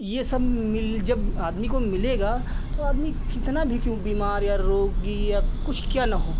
यह सब मिल जब आदमी को मिलेगा तो आदमी कितना भी क्यों बीमार या रोगी कुछ क्या न हो